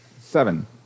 Seven